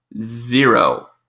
zero